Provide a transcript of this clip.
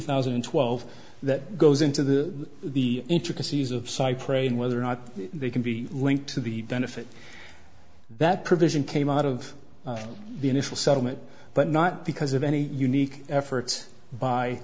thousand and twelve that goes into the the intricacies of cypre and whether or not they can be linked to the benefit that provision came out of the initial settlement but not because of any unique efforts by